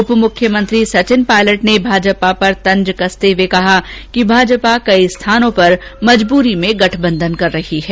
उपमुख्यमंत्री सचिन पायलट ने भाजपा पर तंज कसते हुए कहा कि भाजपा कई स्थानों पर मजबूरी में गठबंधन कर रही है